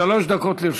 שלוש דקות לרשותך.